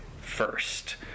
first